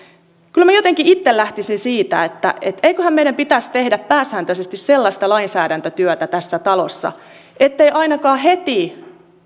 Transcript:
kyllä jotenkin itse lähtisin siitä että eiköhän meidän pitäisi tehdä pääsääntöisesti sellaista lainsäädäntötyötä tässä talossa ettemme me ainakaan heti kun